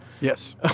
Yes